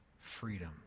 freedom